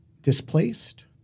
displaced